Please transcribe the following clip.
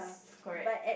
correct